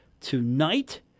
tonight